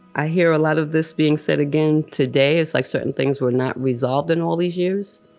i hear a lot of this being said again today. it's like certain things were not resolved in all these years.